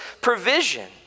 provision